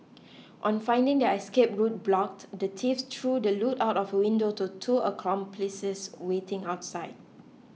on finding their escape route blocked the thieves threw the loot out of a window to two accomplices waiting outside